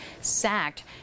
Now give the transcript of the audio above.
sacked